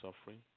suffering